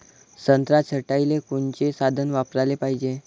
संत्रा छटाईले कोनचे साधन वापराले पाहिजे?